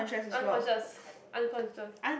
unconscious unconscious